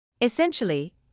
Essentially